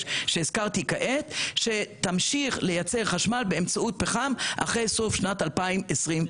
שהזכרתי כעת שתמשיך לייצר חשמל באמצעות פחם אחרי סוף שנת 2025,